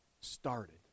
started